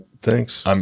Thanks